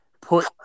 put